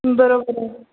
बरोबर आहे